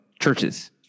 churches